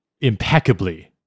impeccably